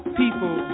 people